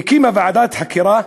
ועדת חקירה.